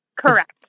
Correct